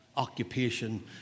Occupation